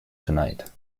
tonight